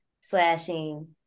slashing